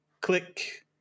click